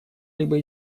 либо